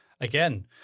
Again